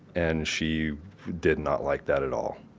and she did not like that at all.